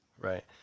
Right